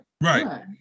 Right